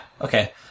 okay